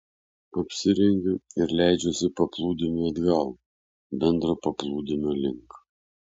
apsirengiu ir leidžiuosi paplūdimiu atgal bendro paplūdimio link